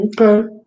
Okay